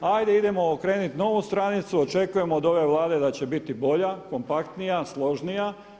Hajde idemo okrenuti novu stranicu, očekujem od ove Vlade da će biti bolja, kompaktnija, složnija.